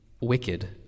wicked